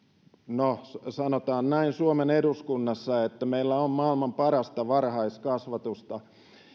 no sanotaan näin suomen eduskunnassa että meillä on maailman parasta varhaiskasvatusta